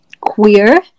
queer